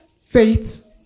Faith